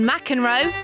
McEnroe